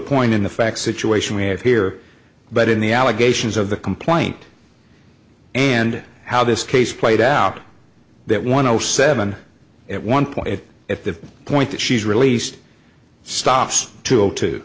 point in the fact situation we have here but in the allegations of the complaint and how this case played out that one o seven at one point at the point that she's released stops to to